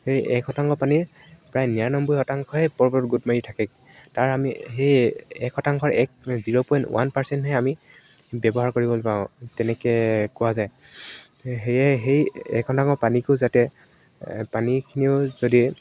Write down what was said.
সেই এক শতাংশ পানীৰ প্ৰায় নিৰান্নব্বৈ শতাংশে পৰ্বত গোট মাৰি থাকে তাৰ আমি সেই এক শতাংশৰ এক জিৰ' পইণ্ট ওৱান পাৰ্চেণ্টহে আমি ব্যৱহাৰ কৰিবলৈ পাওঁ তেনেকে কোৱা যায় সেয়ে সেই এক শতাংশ পানীকো যাতে পানীখিনিও যদি